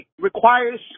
requires